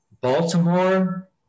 Baltimore